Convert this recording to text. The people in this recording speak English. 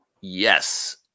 Yes